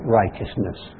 righteousness